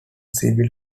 civil